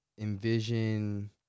envision